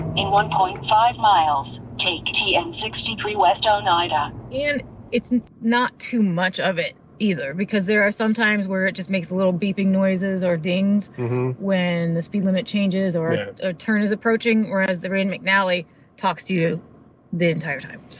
in one point five miles, take tn sixty three west oneida. and it's not too much of it either because there are sometimes where it just makes a little beeping noises or dings when the speed limit changes or a turn is approaching, whereas the rand mcnally talks to you the entire time.